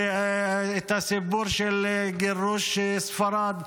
ואת הסיפור של גירוש ספרד.